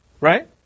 right